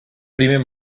primer